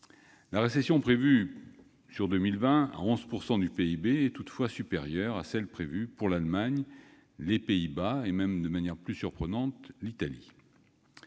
la récession prévue pour 2020, de 11 % du PIB, est supérieure à celles prévues pour l'Allemagne, les Pays-Bas et même, de manière plus surprenante, l'Italie.